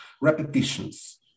Repetitions